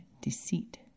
deceit